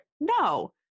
no